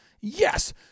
yes